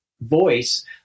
voice